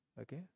okay